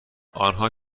آنها